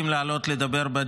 אפשר לעבור להצבעה?